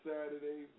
Saturday